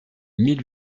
mille